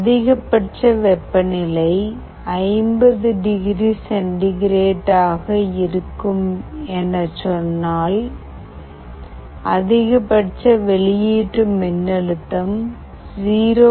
அதிகபட்ச வெப்பநிலை 50 degree centigrade ஆக இருக்கும் என சொன்னால் அதிகபட்ச வெளியீட்டு மின்னழுத்தம் 0